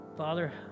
Father